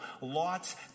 lots